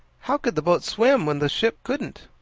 how could the boat swim when the ship couldn't?